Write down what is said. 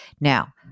Now